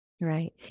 Right